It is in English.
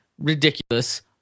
Ridiculous